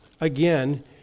again